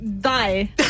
die